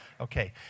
Okay